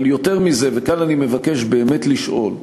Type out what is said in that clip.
אבל יותר מזה, וכאן אני מבקש באמת לשאול: